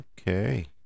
Okay